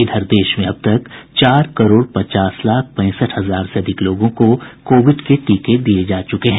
इधर देश में अब तक चार करोड़ पचास लाख पैंसठ हजार से अधिक लोगों को कोविड के टीके दिये जा चुके हैं